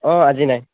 অঁ আজি নাই